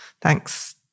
Thanks